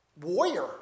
warrior